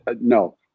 no